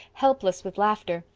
helpless with laughter,